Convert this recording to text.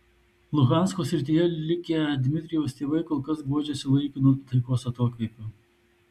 luhansko srityje likę dmitrijaus tėvai kol kas guodžiasi laikinu taikos atokvėpiu